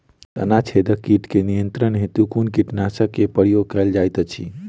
तना छेदक कीट केँ नियंत्रण हेतु कुन कीटनासक केँ प्रयोग कैल जाइत अछि?